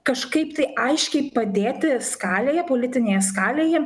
kažkaip tai aiškiai padėti skalėje politinėje skalėje